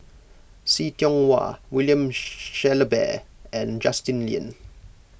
See Tiong Wah William Shellabear and Justin Lean